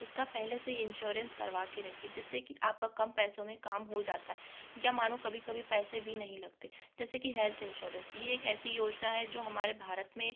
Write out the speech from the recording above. उसका पहले से ही इंश्योरेंस करवा के रखिए जिससे कि आपका कम पैसों में काम हो जाता है क्या मानो कभी कभी पैसे भी नहीं लगते जैसे कि हेल्थ इंश्योरेंस ये एक ऐसी योजना है जो हमारे भारत में